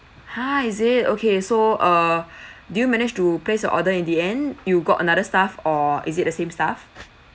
ha is it okay so err do you managed to place the order in the end you got another staff or is it the same staff